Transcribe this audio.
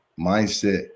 mindset